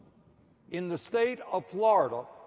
in the state of florida,